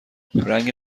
رنگ